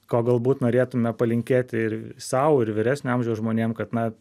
ko galbūt norėtume palinkėti ir sau ir vyresnio amžiaus žmonėm kad na